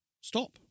Stop